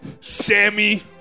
Sammy